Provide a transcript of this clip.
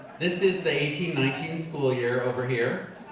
this is the eighteen nineteen school year over here,